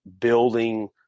building